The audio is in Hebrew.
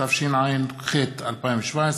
התשע"ח 2017,